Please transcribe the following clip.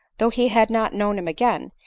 though he had not known him again,